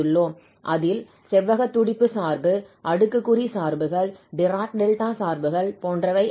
அதில் செவ்வக துடிப்பு சார்பு அடுக்குக்குறி சார்புகள் டிராக் டெல்டா சார்புகள் போன்றவை அடங்கும்